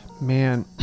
Man